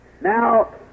Now